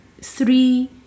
three